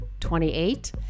28